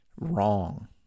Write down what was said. wrong